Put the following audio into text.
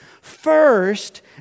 first